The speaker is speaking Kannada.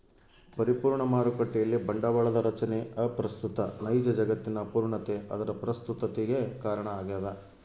ಪರಿಪೂರ್ಣ ಮಾರುಕಟ್ಟೆಯಲ್ಲಿ ಬಂಡವಾಳದ ರಚನೆ ಅಪ್ರಸ್ತುತ ನೈಜ ಜಗತ್ತಿನ ಅಪೂರ್ಣತೆ ಅದರ ಪ್ರಸ್ತುತತಿಗೆ ಕಾರಣ ಆಗ್ಯದ